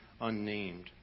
unnamed